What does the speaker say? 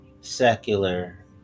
secular